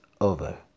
over